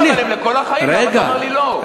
אבל הם לכל החיים, למה אתה אומר לי לא?